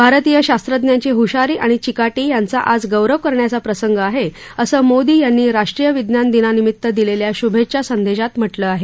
भारतीय शास्रज्ञांची हशारी आणि चिकाटी यांचा आज गौरव करण्याचा प्रसंग आहे असं मोदी यांनी राष्ट्रीय विज्ञान दिनानिमित्त दिलेल्या शुभेच्छा संदेशात म्हटलं आहे